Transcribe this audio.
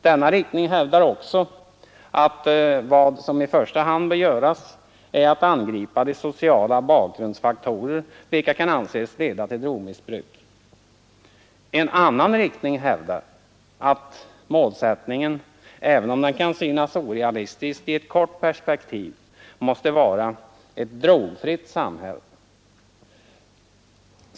Denna riktning hävdar också att vad som i första hand bör göras är att angripa de sociala bakgrundsfaktorer som kan anses leda till drogmissbruk. En annan riktning hävdar att målsättningen, även om den kan synas orealistisk i ett kort perspektiv, måste vara ett drogfritt samhälle.